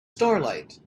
starlight